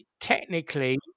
technically